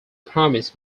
promise